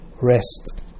rest